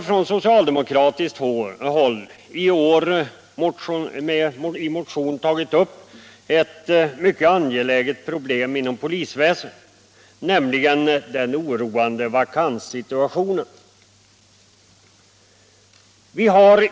Från socialdemokratiskt håll har vi i år i en motion tagit upp ett mycket angeläget problem inom polisväsendet, nämligen den oroande vakanssituationen.